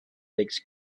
legs